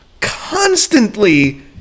constantly